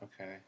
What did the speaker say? Okay